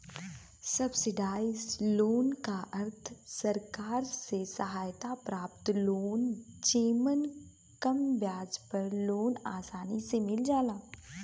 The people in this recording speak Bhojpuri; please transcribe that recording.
सब्सिडाइज्ड लोन क अर्थ सरकार से सहायता प्राप्त लोन जेमन कम ब्याज पर लोन आसानी से मिल जाला